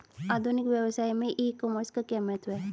आधुनिक व्यवसाय में ई कॉमर्स का क्या महत्व है?